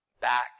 back